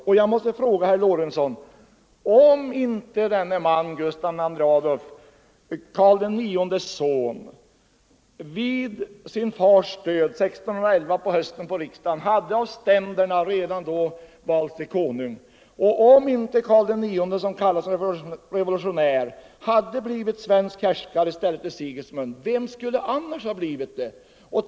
Och jag måste fråga herr Lorentzon: Om inte Gustav II Adolf, Karl IX:s son, efter sin fars död redan vid riksdagen 1611 av ständerna valts till konung och om inte Karl IX, som kallas revolutionär, hade blivit svensk härskare i stället för Sigismund, vem skulle då ha härskat här?